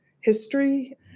history